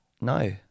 no